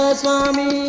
swami